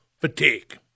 fatigue